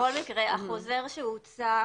בכל מקרה החוזר שהוצא,